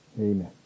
Amen